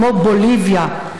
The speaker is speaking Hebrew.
בוליביה.